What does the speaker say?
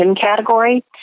category